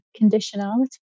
conditionality